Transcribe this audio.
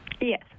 Yes